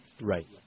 Right